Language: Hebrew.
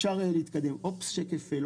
בשקף הבא